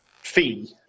fee